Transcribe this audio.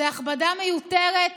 זה הכבדה מיותרת